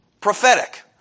Prophetic